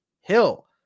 Hill